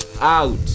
out